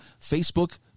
Facebook